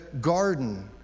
garden